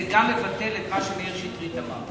היום גם מבטל את מה שמאיר שטרית אמר.